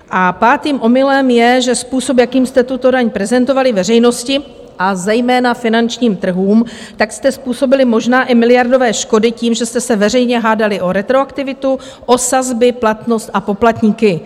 A pátým omylem je, že způsob, jakým jste tuto daň prezentovali veřejnosti, a zejména finančním trhům, jste způsobili možná i miliardové škody tím, že jste se veřejně hádali o retroaktivitu, o sazby, platnost a poplatníky.